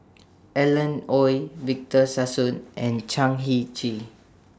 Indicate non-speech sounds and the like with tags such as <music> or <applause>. Alan Oei <noise> Victor Sassoon and Chan Heng Chee